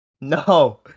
No